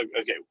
okay